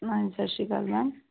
ਹਾਂਜੀ ਸਤਿ ਸ਼੍ਰੀ ਅਕਾਲ ਮੈਮ